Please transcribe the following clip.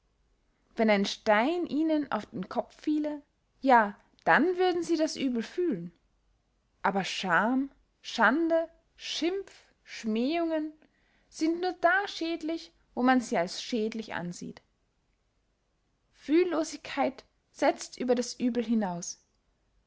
wenn ein stein ihnen auf den kopf fiele ja dann würden sie das uebel fühlen aber scham schande schimpf schmähungen sind nur da schädlich wo man sie als schädlich ansieht fühllosigkeit setzt über das uebel hinaus